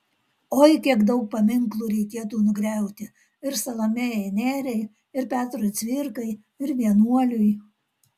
oi kiek daug paminklų reikėtų nugriauti ir salomėjai nėriai ir petrui cvirkai ir vienuoliui